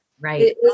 Right